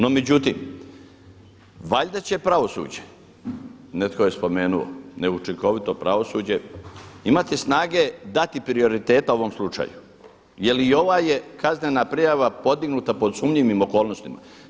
No međutim valjda će pravosuđe, netko je spomenuo, neučinkovito pravosuđe, imati snage dati prioriteta ovom slučaju jel i ova je kaznena prijava podignuta pod sumnjivim okolnostima.